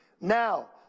Now